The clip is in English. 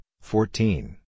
fourteen